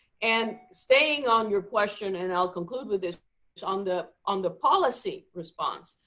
and staying on your question, and i'll conclude with this on the on the policy response,